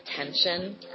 attention